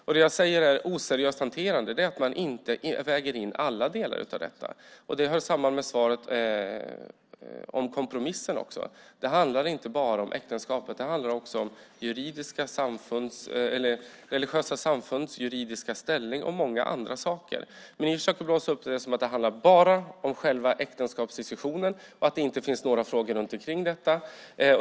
När jag säger att det är oseriöst hanterande menar jag att man inte väger in alla delar av detta. Det hör samman med svaret om kompromissen. Det handlar inte bara om äktenskapet utan också om religiösa samfunds juridiska ställning och många andra saker. Ni försöker blåsa upp det som att det bara handlar om själva äktenskapsdiskussionen och att inte finns några frågor runt omkring detta.